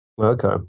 Okay